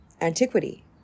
antiquity